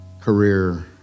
career